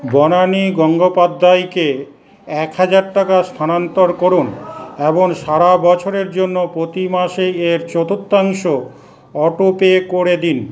বনানী গঙ্গোপাধ্যায়কে এক হাজার টাকা স্থানান্তর করুন এবং সারা বছরের জন্য প্রতি মাসেই এর চতুর্থাংশ অটোপে করে দিন